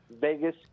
Vegas